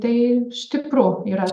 tai stipru yra